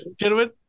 gentlemen